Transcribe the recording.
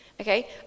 Okay